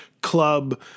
club